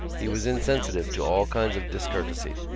he was insensitive to all kinds of discourtesy.